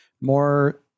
more